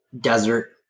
desert